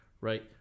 right